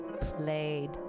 played